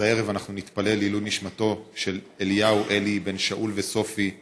אז הערב אנחנו נתפלל לעילוי נשמתו של אליהו אלי בן שאול וסופי כהן.